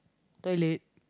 toilet